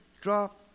drop